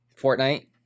Fortnite